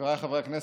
חבריי חברי הכנסת,